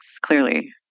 clearly